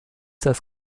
das